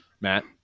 Matt